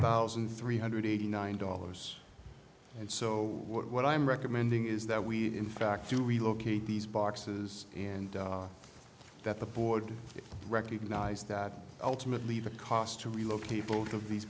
thousand three hundred eighty nine dollars and so what i'm recommending is that we in fact do relocate these boxes and that the board recognize that ultimately the cost to relocate both of these